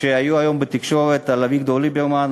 שהיו היום בתקשורת על אביגדור ליברמן.